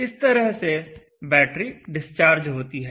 इस तरह से बैटरी डिस्चार्ज होती है